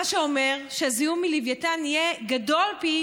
מה שאומר שהזיהום מלווייתן יהיה גדול פי